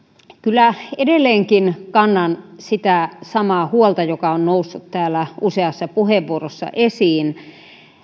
kyllä edelleenkin kannan sitä samaa huolta joka on noussut täällä useassa puheenvuorossa esiin